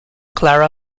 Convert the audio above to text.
clara